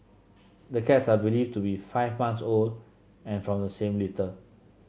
the cats are believed to be five months old and from the same litter